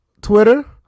Twitter